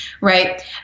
right